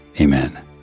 Amen